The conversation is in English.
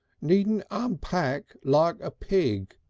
needn't unpack like a pig.